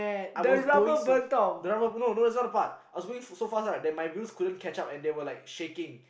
I was going so fast no no that's not the part I was going so fast right that my wheels couldn't catch up and they were like shaking